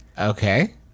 okay